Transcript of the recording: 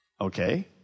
Okay